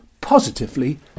positively